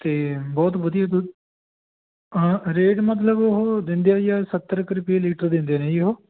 ਅਤੇ ਬਹੁਤ ਵਧੀਆ ਦੁੱਧ ਹਾਂ ਰੇਟ ਮਤਲਬ ਉਹ ਦਿੰਦੇ ਆ ਜੀ ਆਹ ਸੱਤਰ ਕੁ ਰੁਪਏ ਲੀਟਰ ਦਿੰਦੇ ਨੇ ਜੀ ਉਹ